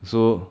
so